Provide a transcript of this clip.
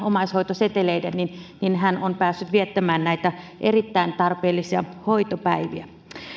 omaishoitoseteleiden hän on päässyt viettämään näitä erittäin tarpeellisia hoitopäiviä